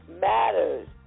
matters